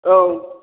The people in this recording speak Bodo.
औ